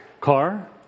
car